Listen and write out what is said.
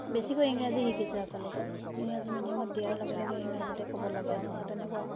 বেছিকৈ ইংৰাজী শিকিছে আচলতে ইংৰাজী মিডিয়ামত দিয়াৰ লগে লগে ইংৰাজীতে ক'ব লাগে বা তেনেকুৱা